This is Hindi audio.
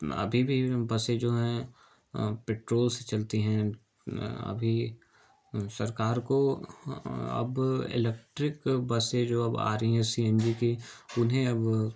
अभी भी बसें जो हैं पेट्रोल से चलती हैं अभी सरकार को अब इलेक्ट्रिक बसें जो अब आ रही हैं सी एन जी की उन्हें अब